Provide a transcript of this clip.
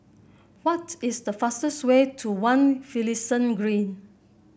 what is the fastest way to One Finlayson Green